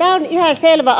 on ihan selvä